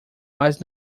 mas